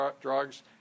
drugs